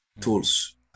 tools